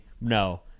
no